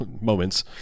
moments